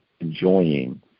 enjoying